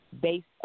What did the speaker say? based